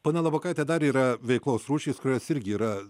ponia labokaitė dar yra veiklos rūšys kurios irgi yra